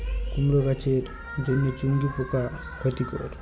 কুমড়ো গাছের জন্য চুঙ্গি পোকা ক্ষতিকর?